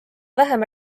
vähem